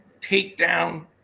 Takedown